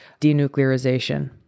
denuclearization